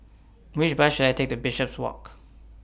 Which Bus should I Take to Bishopswalk